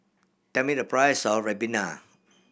tell me the price of ribena